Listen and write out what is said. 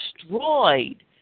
destroyed